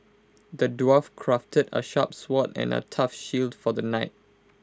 the dwarf crafted A sharp sword and A tough shield for the knight